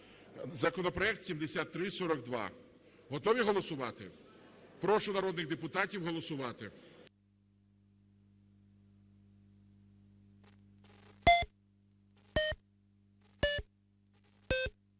Законопроект 7342. Готові голосувати? Прошу народних депутатів голосувати.